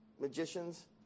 magicians